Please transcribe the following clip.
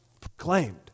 proclaimed